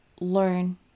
learn